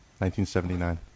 1979